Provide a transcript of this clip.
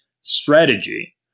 strategy